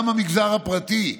גם המגזר הפרטי,